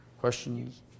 questions